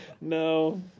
No